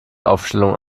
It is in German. aufstellung